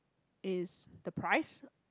it's the price